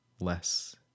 less